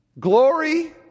Glory